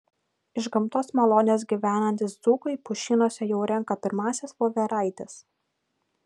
iš gamtos malonės gyvenantys dzūkai pušynuose jau renka pirmąsias voveraites